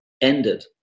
ended